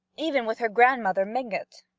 even with her grandmother mingott?